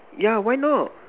yeah why not